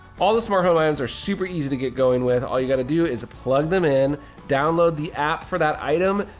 all the smart home add ons are super easy to get going with all you got to do is to plug them in download the app for that item,